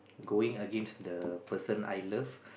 going against the person I love